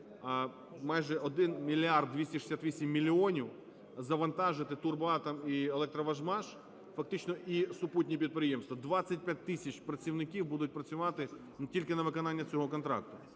майже 1 мільярд 268 мільйонів завантажити "Турбоатом" і "Електроважмаш", фактично, і супутні підприємства, 25 тисяч працівників будуть працювати тільки на виконання цього контракту.